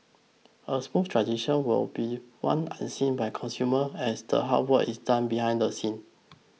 a smooth transition will be one unseen by consumer as the hard work is done behind the scenes